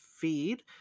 feed